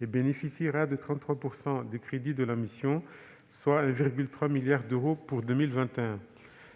bénéficiera de 33 % des crédits de la mission, soit 1,3 milliard d'euros pour 2021.